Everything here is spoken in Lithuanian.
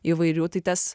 įvairių tai tes